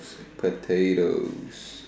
potatoes